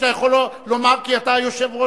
שאתה יכול לומר כי אתה היושב-ראש.